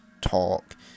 talk